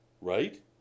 right